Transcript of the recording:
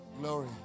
glory